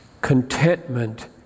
contentment